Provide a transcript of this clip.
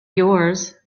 yours